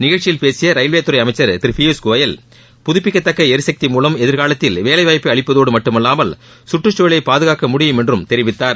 நிகழ்ச்சியில் பேசிய ரயில்வேத்துறை அமைச்சர் திரு பியூஷ்கோயல் புதப்பிக்கத்தக்க எரிசக்தி மூலம் எதிர்காலத்தில் வேலை வாய்ப்பை அளிப்பதோடு மட்டுமல்வாமல் சுற்றுச் சூழலை பாதுகாக்க முடியும் என்றும் தெரிவித்தார்